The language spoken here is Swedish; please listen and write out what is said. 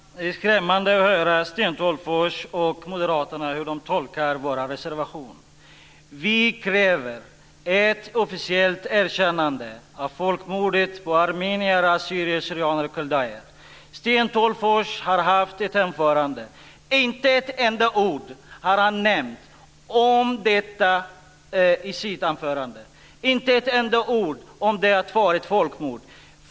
Fru talman! Det är skrämmande att höra hur Sten Tolgfors och Moderaterna tolkar vår reservation. Vi kräver ett officiellt erkännande av folkmordet på armenier, assyrier/syrianer och kaldéer. Sten Tolgfors har haft sitt anförande. Inte med ett enda ord nämnde han i sitt anförande att detta var ett folkmord.